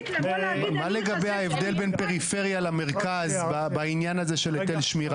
מה לגבי ההבדל בין הפריפריה למרכז בעניין הזה של היטל שמירה?